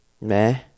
meh